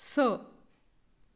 स